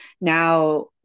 now